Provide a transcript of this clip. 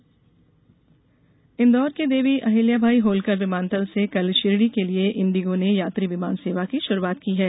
इन्दौर उड़ान इंदौर के देवी अहिल्याबाई होल्कर विमानतल से कल शिर्डी के लिए इंडिगो ने यात्री विमान सेवा की षुरूआत की है